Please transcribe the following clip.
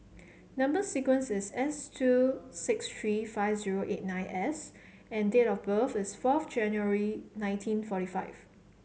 number sequence is S two six three five zero eight nine S and date of birth is fourth January nineteen forty five